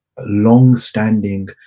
long-standing